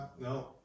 no